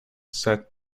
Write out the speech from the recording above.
said